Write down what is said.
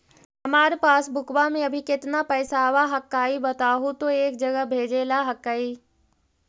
हमार पासबुकवा में अभी कितना पैसावा हक्काई बताहु तो एक जगह भेजेला हक्कई?